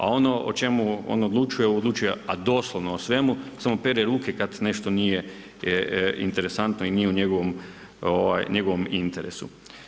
A ono o čemu on odlučuje, a odlučuje doslovno o svemu, samo pere ruke kada nešto nije interesantno i nije u njegovom interesu.